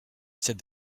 said